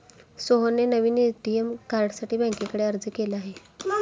सोहनने नवीन ए.टी.एम कार्डसाठी बँकेकडे अर्ज केला आहे